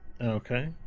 Okay